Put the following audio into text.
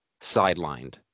sidelined